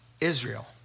Israel